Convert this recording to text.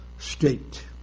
State